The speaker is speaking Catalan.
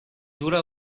dura